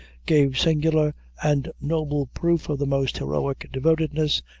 gave singular and noble proof of the most heroic devotedness,